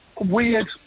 weird